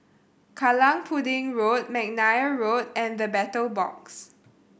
Kallang Pudding Road McNair Road and The Battle Box